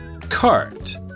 cart